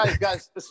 guys